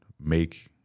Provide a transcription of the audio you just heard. make